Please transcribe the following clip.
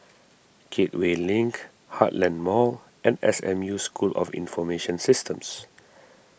Gateway Link Heartland Mall and S M U School of Information Systems